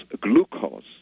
glucose